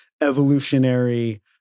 evolutionary